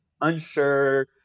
unsure